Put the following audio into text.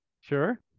Sure